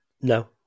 No